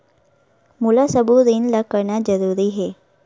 मोला सबो ऋण ला करना जरूरी हे?